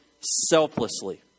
selflessly